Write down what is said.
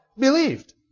believed